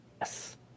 Yes